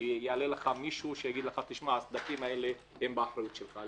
יעלה מישהו שיגיד: הסדקים האלה באחריות שלך,